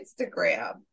Instagram